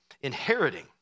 inheriting